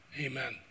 Amen